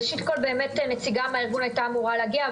ראשית כל באמת נציגה מהארגון היתה אמורה להגיע.